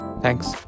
Thanks